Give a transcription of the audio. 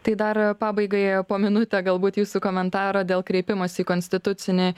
tai dar pabaigai po minutę galbūt jūsų komentarą dėl kreipimosi į konstitucinį